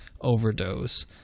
overdose